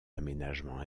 aménagements